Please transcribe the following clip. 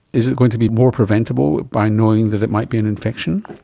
is it going to be more preventable by knowing that it might be an infection?